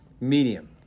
medium